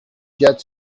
jet